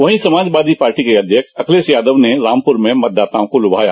वही समाजवादी पार्टी के अध्यक्ष अखिलेश यादव रामपुर में मतदाताश्रों को लुभाया